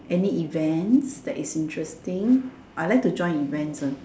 any events that is interesting I like to join events one